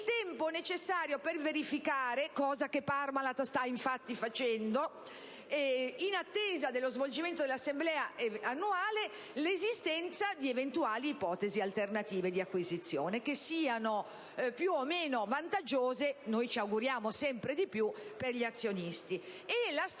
il tempo necessario per verificare, cosa che infatti Parmalat sta facendo, in attesa dello svolgimento dell'assemblea annuale, l'esistenza di eventuali ipotesi alternative di acquisizione, che siano più o meno vantaggiose - noi ci auguriamo sempre di più - per gli azionisti.